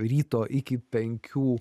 ryto iki penkių